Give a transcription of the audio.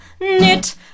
knit